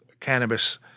cannabis